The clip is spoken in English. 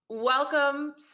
Welcome